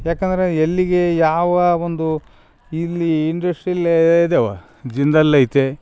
ಯಾಕಂದರೆ ಎಲ್ಲಿಗೆ ಯಾವ ಒಂದು ಇಲ್ಲಿ ಇಂಡಸ್ಟ್ರಿಲೆ ಇದೇವ ಜಿಂದಾಲ್ ಐತೆ